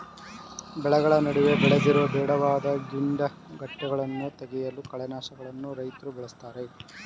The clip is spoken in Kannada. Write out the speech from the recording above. ಬೆಳೆಗಳ ನಡುವೆ ಬೆಳೆದಿರುವ ಬೇಡವಾದ ಗಿಡಗಂಟೆಗಳನ್ನು ತೆಗೆಯಲು ಕಳೆನಾಶಕಗಳನ್ನು ರೈತ್ರು ಬಳ್ಸತ್ತರೆ